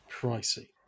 pricey